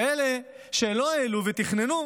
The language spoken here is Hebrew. ואלה שלא העלו ותכננו,